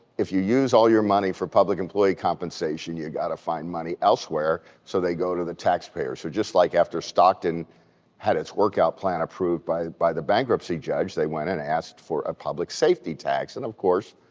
if you use all your money for public employee compensation, you got to find money elsewhere. so they go to the taxpayer. so just like after stockton had its workout plan approved by by the bankruptcy judge, they went in and asked for a public safety tax and of course,